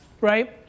right